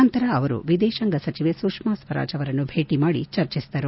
ನಂತರ ಅವರು ವಿದೇಶಾಂಗ ಸಚಿವೆ ಸುಷ್ಯಾಸ್ತರಾಜ್ ಅವರನ್ನು ಭೇಟಿ ಮಾಡಿ ಚರ್ಚಿಸಿದರು